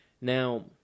Now